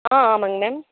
ஆ ஆமாங்க மேம்